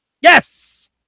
Yes